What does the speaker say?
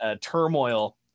turmoil